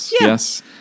Yes